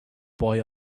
boy